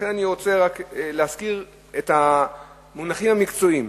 ולכן אני רוצה רק להזכיר את המונחים המקצועיים.